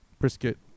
brisket